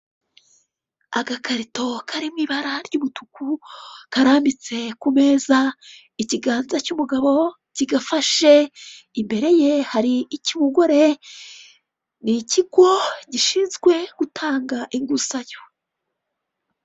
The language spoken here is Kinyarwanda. Agakarito karimo ibara ry'umutuku karambitse ku meza ikiganza cy'umugabo kigafashe, imbere ye hari icy'umugore n'ikigo gishinzwe gutanga inguzanyo.